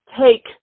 take